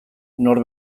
nor